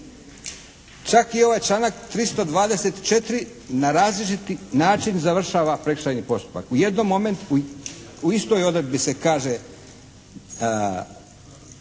Čak i ovaj članak 324. na različiti način završava prekršajni postupak. U istoj odredbi se kaže